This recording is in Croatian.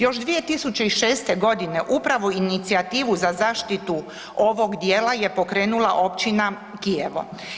Još 2006. godine upravo inicijativu za zaštitu ovog dijela je pokrenula općina Kijevo.